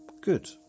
good